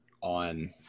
on